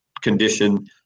condition